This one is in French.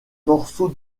morceaux